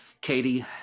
Katie